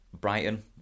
Brighton